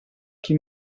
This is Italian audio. chi